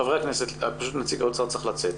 חברי הכנסת, נציג האוצר צריך לצאת.